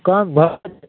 कम भऽ जेतै